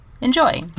enjoy